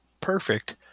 perfect